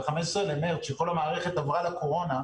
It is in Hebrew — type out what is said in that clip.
ב-15 במרץ כשכל המערכת עברה לקורונה,